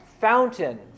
fountain